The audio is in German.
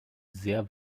sehr